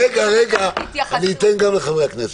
רגע, אתן גם לחברי הכנסת.